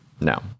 No